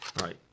right